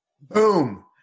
Boom